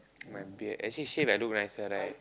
my beard actually shave I look nicer right